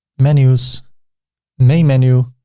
menus main menu,